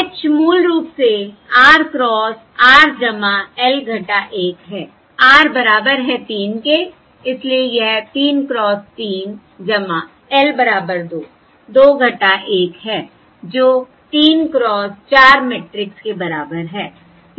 H मूल रूप से r क्रॉस r L 1 है r बराबर है 3 के इसलिए यह 3 क्रॉस 3 L बराबर 2 2 1 है जो 3 क्रॉस 4 मैट्रिक्स के बराबर है